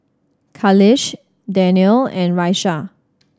Khalish Danial and Raisya